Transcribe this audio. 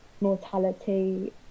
mortality